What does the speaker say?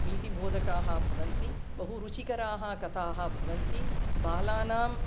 नीतिबोधकाः भवन्ति बहु रुचिकराः कथाः भवन्ति बालानाम्